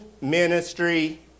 ministry